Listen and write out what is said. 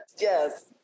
Yes